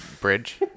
bridge